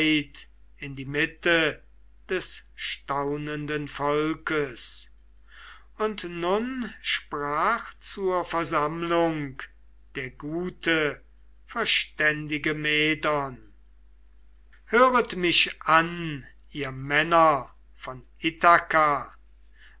in die mitte des staunenden volkes und nun sprach zur versammlung der gute verständige medon höret mich an ihr männer von